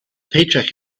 paycheck